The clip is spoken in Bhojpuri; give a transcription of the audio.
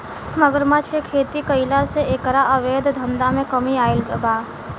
मगरमच्छ के खेती कईला से एकरा अवैध धंधा में कमी आईल बा